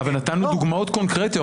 אבל נתנו דוגמאות קונקרטיות.